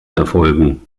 erfolgen